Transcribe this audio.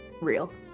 real